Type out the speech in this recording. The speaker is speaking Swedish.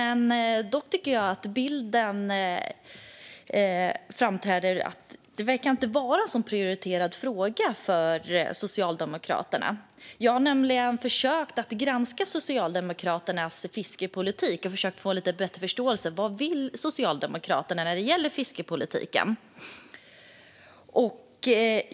Dock tycker jag att bilden framträder att fisket inte är en särskilt prioriterad fråga för Socialdemokraterna. Jag har nämligen försökt att granska Socialdemokraternas fiskeripolitik och försökt att få en lite bättre förståelse av vad Socialdemokraterna vill när det gäller fiskeripolitiken.